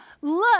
Look